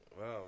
Wow